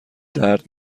درد